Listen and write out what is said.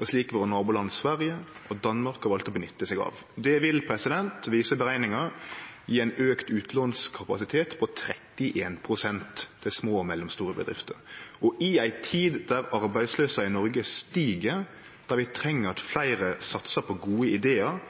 og slik våre naboland Sverige og Danmark har valt å nytte seg av. Det vil, viser berekningar, gje ein auka utlånskapasitet på 31 pst. til små og mellomstore bedrifter. Og i ei tid der arbeidsløysa i Noreg stig, der vi treng at fleire satsar på gode idear